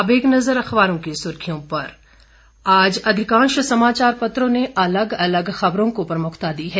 अब एक नजर अखबारों की सुर्खियों पर आज अधिकांश समाचार पत्रों ने अलग अलग खबरों को प्रमुखता दी है